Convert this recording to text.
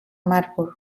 marburg